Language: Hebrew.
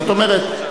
זאת אומרת,